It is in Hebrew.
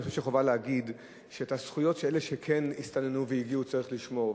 אני חושב שחובה להגיד שאת הזכויות של אלה שכן הסתננו והגיעו צריך לשמור.